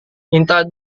minta